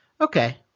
okay